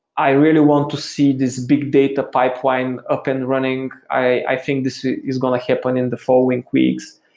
i really want to see this big data pipeline up and running. i think this is going to happen in the following weeks.